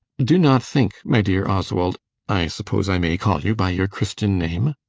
do not think, my dear oswald i suppose i may call you by your christian name?